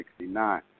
1969